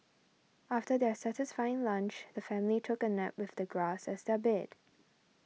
after their satisfying lunch the family took a nap with the grass as their bed